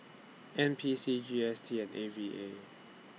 N P C G S T and A V A